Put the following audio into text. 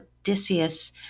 Odysseus